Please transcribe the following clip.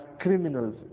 criminals